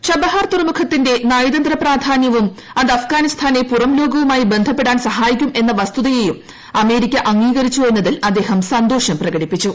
ഛബഹാർ തുറമുഖത്തിന്റെ നയതന്ത്ര പ്രാധാനൃവും അത് അഫ്ഗാനിസ്ഥാനെ പുറം ലോകവുമായി ബന്ധപ്പെടാൻ സഹായിക്കും എന്ന വസ്തുതയെയും അമേരിക്ക അംഗീകരിച്ചു എന്നതിൽ അദ്ദേഹം സന്തോഷം പ്രകടിപ്പിച്ചു